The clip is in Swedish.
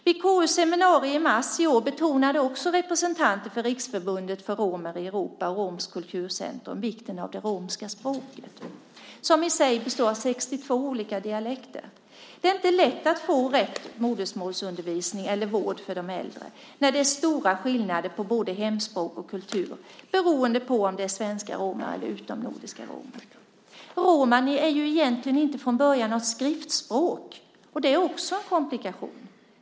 Vid KU:s seminarium i mars i år betonade också representanter för Riksförbundet för romer i Europa och Romskt kulturcentrum vikten av det romska språket, som i sig består av 62 olika dialekter. Det är inte lätt att få rätt modersmålsundervisning eller vård för de äldre när det är stora skillnader på både hemspråk och kultur beroende på om det är svenska romer eller utomnordiska romer. Romani är ju egentligen inte något skriftspråk från början, och det är också en komplikation.